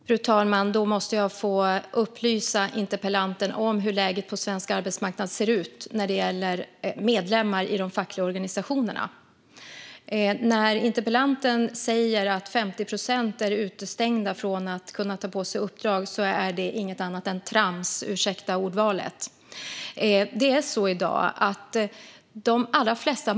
Fru talman! Då måste jag få upplysa interpellanten om hur läget på svensk arbetsmarknad ser ut när det gäller medlemmar i de fackliga organisationerna. När interpellanten säger att 50 procent är utestängda från att ta på sig uppdrag är det inget annat än trams - ursäkta ordvalet.